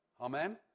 Amen